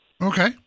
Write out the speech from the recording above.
Okay